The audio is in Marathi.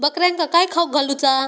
बकऱ्यांका काय खावक घालूचा?